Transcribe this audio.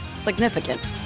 significant